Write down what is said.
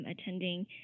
attending